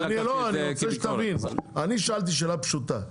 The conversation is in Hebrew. אני רוצה שתבין, אני שאלתי שאלה פשוטה,